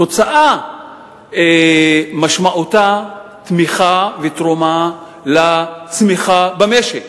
הוצאה משמעותה תמיכה ותרומה לצמיחה במשק.